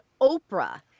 Oprah